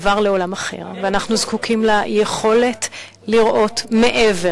עבר לעולם אחר, ואנחנו זקוקים ליכולת לראות מעבר.